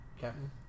Captain